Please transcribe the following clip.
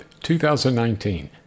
2019